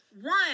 one